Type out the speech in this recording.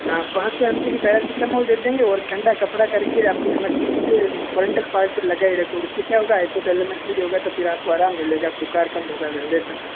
हाँ पाँच सौ एम जी की पेरासिटामोल दे देंगे और ठंडा कपड़ा कर के अपने मस्तिक के फ्रंटल पार्ट पर लगाए रखोगे उस से क्या होगा हाइपोथैलेमस नहीं होगा तो फिर आप को आराम मिलेगा बुख़ार कम होगा हंड्रेड परसेंट